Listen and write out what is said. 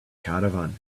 caravan